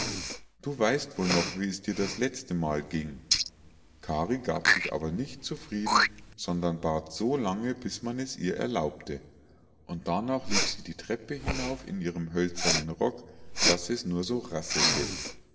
du weißt wohl noch wie es dir das letzte mal ging kari gab sich aber nicht zufrieden sondern bat so lange bis man es ihr erlaubte und darnach lief sie die treppe hinauf in ihrem hölzernen rock daß es nur so rasselte